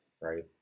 right